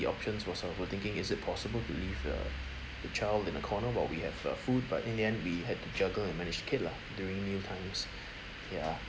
options was uh we're thinking is it possible to leave uh the child in a corner while we have uh food but in the end we had to juggle and manage the kid lah during meal times ya